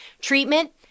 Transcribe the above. Treatment